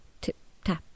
tip-tap